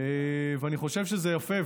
אני חושב שזה יפה.